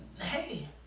hey